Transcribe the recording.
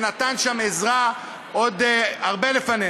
שנתן שם עזרה עוד הרבה לפנינו.